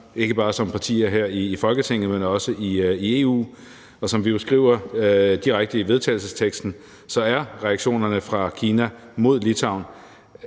ikke bare som partier her i Folketinget, men også i EU. Og som vi jo skriver direkte i vedtagelsesteksten, er reaktionerne fra Kina mod Litauen,